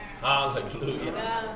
Hallelujah